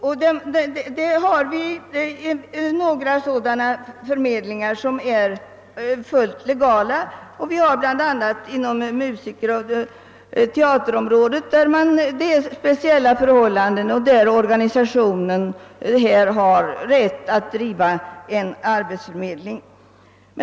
Det finns några sådana förmedlingar, som är fullt legala. Bland annat inom musikoch teaterområdet, där man har speciella förhållanden, har vissa organisationer rätt att driva arbetsförmedling.